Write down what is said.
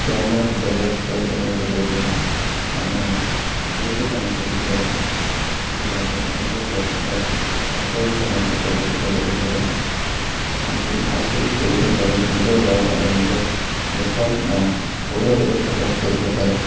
গ্ৰাম্য সম্প্ৰদায়ত খেল খেলাৰ জৰিয়তে মানুহে বহুতো কাম কৰিব পাৰে যেনেকৈ নিজৰ দক্ষতাক আন্তঃৰাষ্ট্ৰীয় মঞ্চত প্ৰদৰ্শিত কৰিব পাৰে আনকি ভালকৈ খেলিব পাৰিলে নিজৰ গাঁও আৰু নিজৰ দেশৰ নাম গৌৰৱেৰে প্ৰকাশ কৰিব পাৰে